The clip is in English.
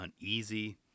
uneasy